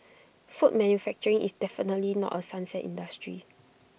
food manufacturing is definitely not A sunset industry